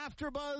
Afterbuzz